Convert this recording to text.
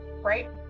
right